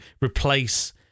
replace